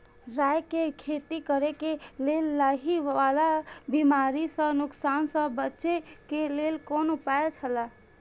राय के खेती करे के लेल लाहि वाला बिमारी स नुकसान स बचे के लेल कोन उपाय छला?